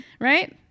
Right